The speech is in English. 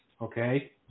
Okay